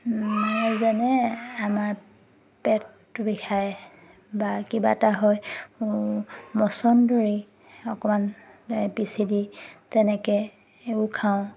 মই যেনে আমাৰ পেটটো বিষায় বা কিবা এটা হয় মছন্দৰী অকণমান পিচি দি তেনেকৈ এইবোৰ খাওঁ